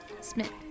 Smith